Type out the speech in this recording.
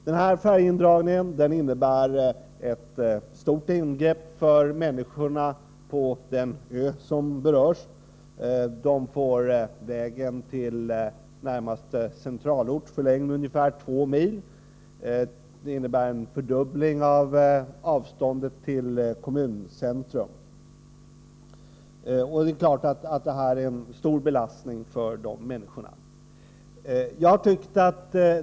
Denna färjeindragning innebär ett stort ingrepp för människorna på den ö som berörs. De får sin väg till närmaste centralort förlängd med ungefär två mil och avståndet till kommuncentrum fördubblas. Det är klart att detta är en stor belastning för de människorna.